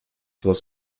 was